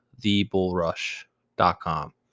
TheBullRush.com